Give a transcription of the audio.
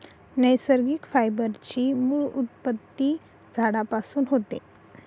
नैसर्गिक फायबर ची मूळ उत्पत्ती झाडांपासून होते